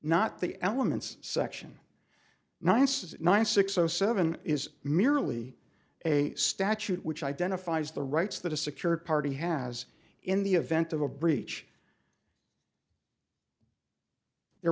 not the elements section nine says nine six zero seven is merely a statute which identifies the rights that a secured party has in the event of a breach there